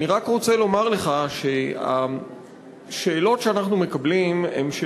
אני רק רוצה לומר לך שהשאלות שאנחנו מקבלים הן לפעמים